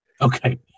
Okay